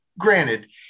Granted